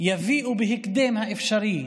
יביאו בהקדם האפשרי,